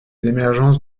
l’émergence